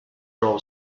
raw